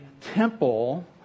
temple